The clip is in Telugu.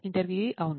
ఇంటర్వ్యూఈ అవును